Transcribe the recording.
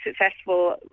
successful